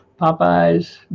Popeyes